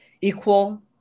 Equal